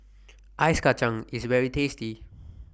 Ice Kacang IS very tasty